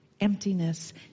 emptiness